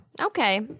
Okay